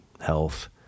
health